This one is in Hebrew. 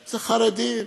זה חרדים,